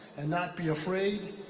and not be afraid.